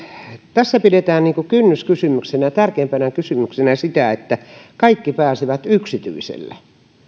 tässä pidetään kynnyskysymyksenä ja tärkeimpänä kysymyksenä sitä että kaikki pääsevät yksityiselle